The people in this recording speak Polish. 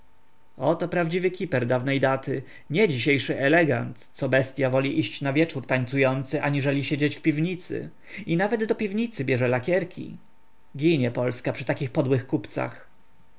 piwnica oto prawdziwy kiper dawnej daty nie dzisiejszy elegant co bestya woli iść na wieczór tańcujący aniżeli siedzieć w piwnicy i nawet do piwnicy bierze lakierki ginie polska przy takich podłych kupcach